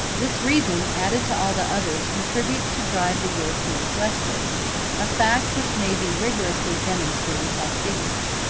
this reason, added to all the others, contributes to drive the europeans westward a fact which may be rigorously demonstrated by figures.